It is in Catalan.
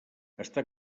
està